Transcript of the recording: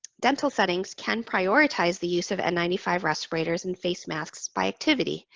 dental settings can prioritize the use of n nine five respirators and face masks by activity,